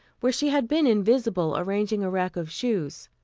where she had been invisible, arranging a rack of shoes.